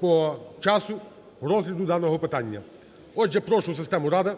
по часу розгляду даного питання. Отже, прошу систему Рада"